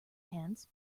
hands